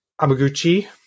Amaguchi